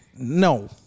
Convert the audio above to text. No